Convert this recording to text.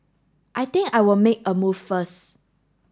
I think I will make a move first